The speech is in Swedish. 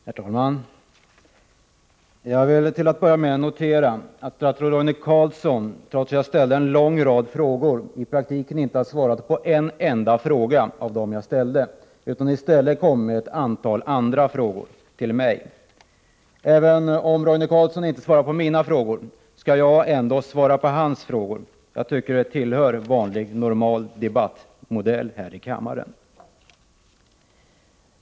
Herr talman! Jag vill till att börja med notera att statsrådet Roine Carlsson i praktiken inte svarade på en enda av den långa rad av frågor som jag ställde utan i stället riktade ett antal frågor till mig. Även om Roine Carlsson inte svarar på mina frågor, skall jag svara på hans. Jag tycker att det tillhör normal debattordning här i kammaren.